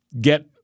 get